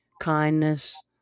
kindness